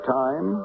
time